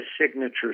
signature